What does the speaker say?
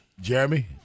Jeremy